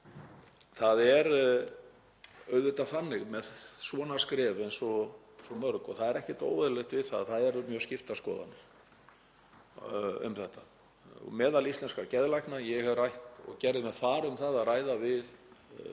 Það er auðvitað þannig með svona skref eins og svo mörg, og það er ekkert óeðlilegt við það, að það eru mjög skiptar skoðanir um þetta meðal íslenskra geðlækna. Ég hef rætt og gerði mér far um að ræða við